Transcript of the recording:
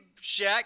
Shaq